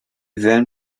then